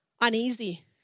uneasy